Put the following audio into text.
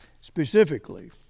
specifically